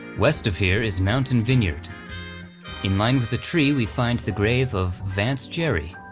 west of here is mountain vineyard in line with the tree, we find the grave of vance gerry.